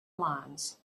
lines